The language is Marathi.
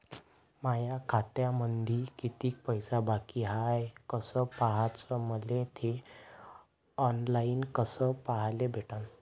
माया खात्यामंधी किती पैसा बाकी हाय कस पाह्याच, मले थे ऑनलाईन कस पाह्याले भेटन?